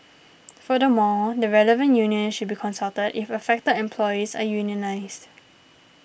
furthermore the relevant union should be consulted if affected employees are unionised